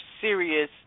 serious